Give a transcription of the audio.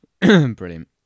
brilliant